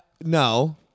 no